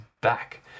back